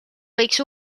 võiks